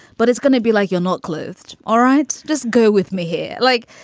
but it's gonna be like you're not clothed. all right. just go with me here. like.